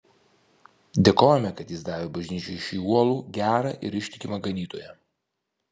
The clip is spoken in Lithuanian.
dėkojame kad jis davė bažnyčiai šį uolų gerą ir ištikimą ganytoją